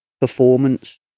performance